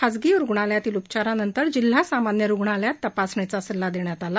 खाजगी रुग्णालयातील उपचारानंतर त्याला जिल्हा सामांन्य रुग्णालयात तपासणीचा सल्ला देण्यात आला